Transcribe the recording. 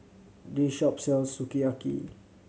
this shop sells Sukiyaki